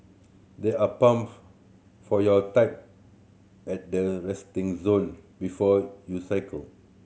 there are pumps for your type at the resting zone before you cycle